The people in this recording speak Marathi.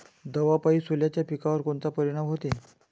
दवापायी सोल्याच्या पिकावर कोनचा परिनाम व्हते?